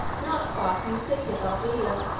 not far from the city of arbela.